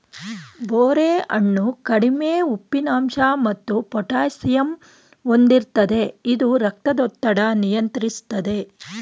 ಬೋರೆ ಹಣ್ಣು ಕಡಿಮೆ ಉಪ್ಪಿನಂಶ ಮತ್ತು ಪೊಟ್ಯಾಸಿಯಮ್ ಹೊಂದಿರ್ತದೆ ಇದು ರಕ್ತದೊತ್ತಡ ನಿಯಂತ್ರಿಸ್ತದೆ